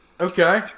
Okay